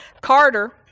Carter